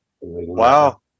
Wow